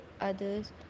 others